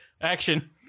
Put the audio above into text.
Action